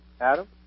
Adam